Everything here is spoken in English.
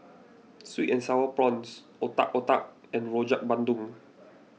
Sweet and Sour Prawns Otak Otak and Rojak Bandung